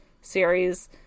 series